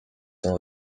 son